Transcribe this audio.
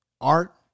Art